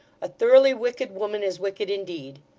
a thoroughly wicked woman, is wicked indeed.